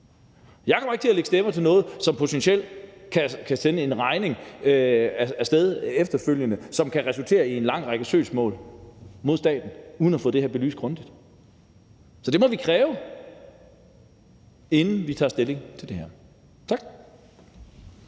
Jeg kommer ikke til at lægge stemmer til noget, som potentielt kan sende en regning af sted efterfølgende, som kan resultere i en lang række søgsmål mod staten, uden at få det her belyst grundigt. Så det må vi kræve, inden vi tager stilling til det her. Tak.